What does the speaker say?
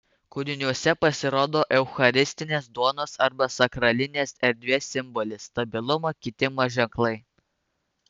kūriniuose pasirodo eucharistinės duonos arba sakralinės erdvės simbolis stabilumo kitimo ženklai